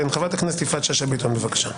חברת הכנסת שאשא ביטון, בבקשה.